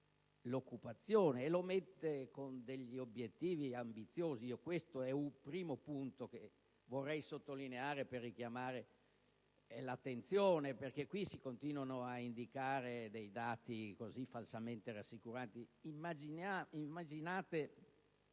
l'occupazione, con degli obiettivi ambiziosi. Questo è un primo punto che vorrei sottolineare, per richiamare l'attenzione. Si continuano a indicare dei dati falsamente rassicuranti. Immaginate